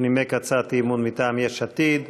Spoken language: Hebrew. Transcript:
הוא נימק הצעת אי-אמון מטעם יש עתיד.